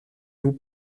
vous